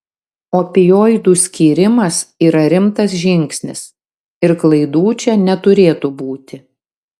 opioidų skyrimas yra rimtas žingsnis ir klaidų čia neturėtų būti